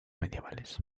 medievales